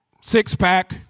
six-pack